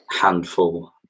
handful